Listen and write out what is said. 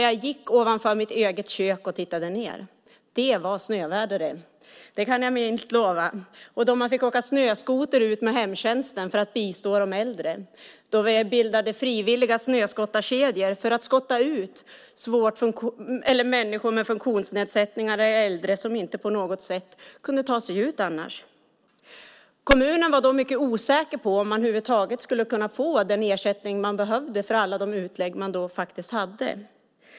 Jag gick ovanför mitt eget kök och tittade ned. Det var snöväder, det! Det kan jag lugnt lova. Man fick åka snöskoter ut med hemtjänsten för att bistå de äldre. Vi bildade frivilliga snöskottarkedjor för att skotta ut människor med funktionsnedsättningar och äldre som inte på något sätt kunde ta sig ut annars. Kommunen var då mycket osäker på om man över huvud taget skulle kunna få den ersättning man behövde för alla de utlägg man hade.